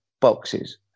boxes